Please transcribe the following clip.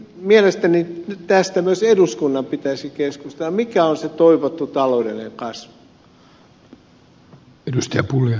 mielestäni tästä myös eduskunnan pitäisi keskustella mikä on se toivottu taloudellinen kasvu